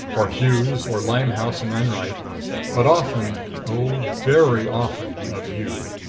or hughes, or limehouse and enwright, but often oh, very often of you.